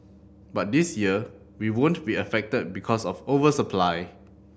but this year we won't be affected because of over supply